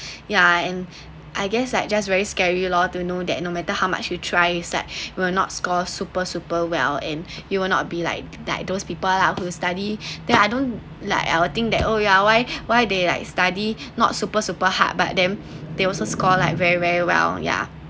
yeah and I guess like just very scary lor to know that no matter how much you try it’s like will not score super super well in you will not be like that those people out who study then I don't like I would think that oh ya why why they like study not super super hard but then they also score like very very well yeah